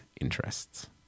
interests